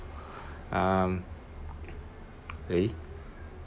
um eh